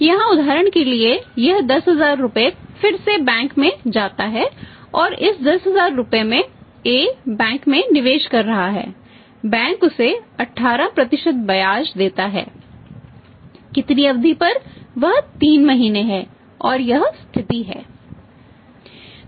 यहाँ उदाहरण के लिए यह 10000 रुपये फिर से बैंक में जाता है और इस 10000 रुपये पर A बैंक में निवेश कर रहा है बैंक उसे 18 ब्याज देता है कितनी अवधि पर वह 3 महीने है और यह स्थिति है